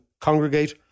congregate